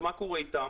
מה קורה איתם?